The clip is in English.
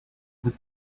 would